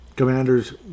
Commanders